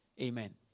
Amen